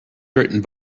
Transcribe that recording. written